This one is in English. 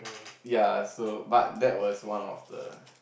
ya so but that was one of the